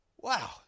Wow